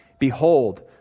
Behold